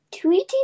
Tweety